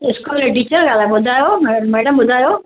school जी teacher आयो ॿुधायो मै मैडम ॿुधायो